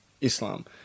Islam